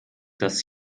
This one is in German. dass